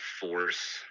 force